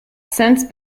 since